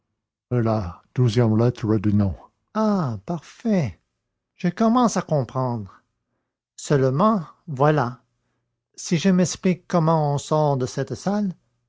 la douzième lettre du mot ah parfait je commence à comprendre seulement voilà si je m'explique comment on sort de cette salle